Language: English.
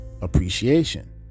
appreciation